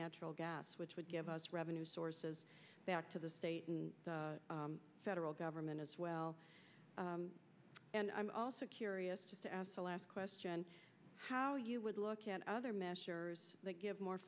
natural gas which would give us revenue sources back to the state and federal government as well and i'm also curious to ask the last question how you would look at other measures that give more